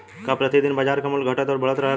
का प्रति दिन बाजार क मूल्य घटत और बढ़त रहेला?